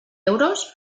euros